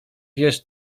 wiesz